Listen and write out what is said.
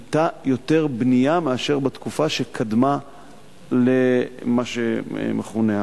היתה יותר בנייה מאשר בתקופה שקדמה למה שמכונה ה"הקפאה".